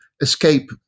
escape